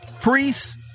priests